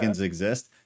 exist